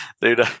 dude